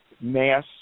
mass